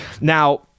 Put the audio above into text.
Now